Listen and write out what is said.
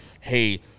hey